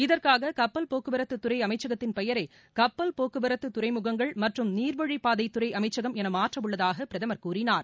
இதற்காக கப்பல் போக்குவரத்துத்துறை அமச்சகத்தின் பெயரை கப்பல் போக்குவரத்து துறைமுகங்கள் மற்றும் நீர்வழிப் பாதை துறை அமைச்சகம் என மாற்றவுள்ளதாக பிரதமர் கூறினார்